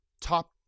top